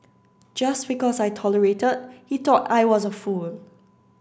just because I tolerated he thought I was a fool